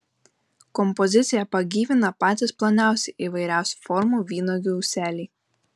kompoziciją pagyvina patys ploniausi įvairiausių formų vynuogių ūseliai